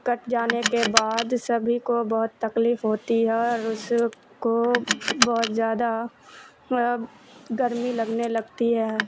کٹ جانے کے بعد سبھی کو بہت تکلیف ہوتی ہے اور اس کو بہت زیادہ گرمی لگنے لگتی ہے